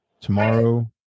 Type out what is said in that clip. tomorrow